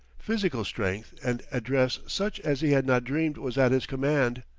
physical strength and address such as he had not dreamed was at his command.